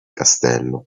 castello